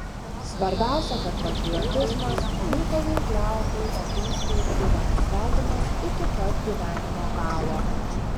svarbiausia kad patriotizmas mykolui kleopui oginskiui buvo nesvetimas iki pat gyvenimo galo